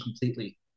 completely